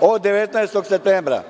od 19. septembra